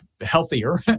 healthier